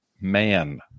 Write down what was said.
man